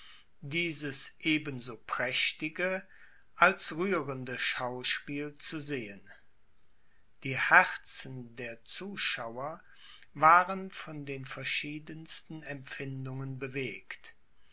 dieses eben so prächtige als rührende schauspiel zu sehen die herzen der zuschauer waren von den verschiedensten empfindungen bewegt